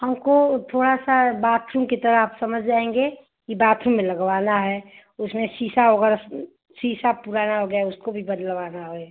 हमको थोड़ा सा बाथरूम की तरह आप समझ जाएंगे कि बाथरूम में लगवाना है उसमें शीशा वग़ैरह शीशा पुराना हो गया है उसको भी बदलवाना है